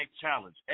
challenge